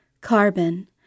carbon